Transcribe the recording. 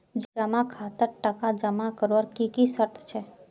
जमा खातात टका जमा करवार की की शर्त छे?